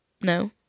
no